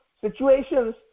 situations